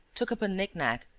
took up a knick-knack,